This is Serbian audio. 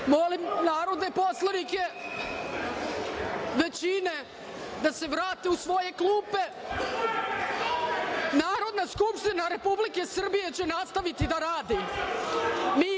narodne poslanike većine da se vrate u svoje klupe, Narodna Skupština Republike Srbije će nastaviti da radi.